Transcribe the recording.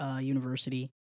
university